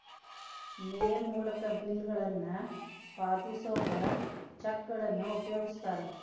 ಮೇಲ್ ಮೂಲಕ ಬಿಲ್ಗಳನ್ನ ಪಾವತಿಸೋಕ ಚೆಕ್ಗಳನ್ನ ಉಪಯೋಗಿಸ್ತಾರ